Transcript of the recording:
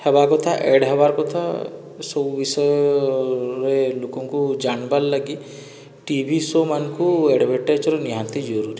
ହେବା କଥା ଏଡ଼ ହେବାର୍ କଥା ସବୁ ବିଷୟରେ ଲୋକଙ୍କୁ ଜାଣିବାର ଲାଗି ଟିଭି ସୋମାନଙ୍କୁ ଏଡ଼ଭାଟାଇଜର ନିହାତି ଜରୁରୀ